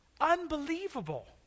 Unbelievable